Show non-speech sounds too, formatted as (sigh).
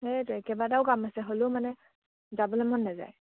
(unintelligible) কেইবাটাও কাম আছে হ'লেও মানে যাবলে মন নাযায়